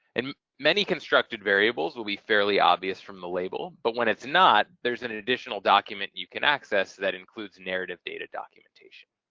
and many constructed variables will be fairly obvious from the label but when it's not there's an an additional document you can access that includes narrative data documentation.